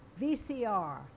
VCR